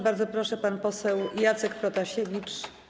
Bardzo proszę, pan poseł Jacek Protasiewicz.